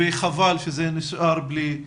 חבל שזה נשאר ללא פתרון.